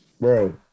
Bro